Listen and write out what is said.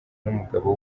n’umugabo